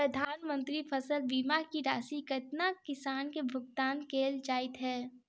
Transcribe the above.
प्रधानमंत्री फसल बीमा की राशि केतना किसान केँ भुगतान केल जाइत है?